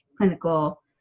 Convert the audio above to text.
clinical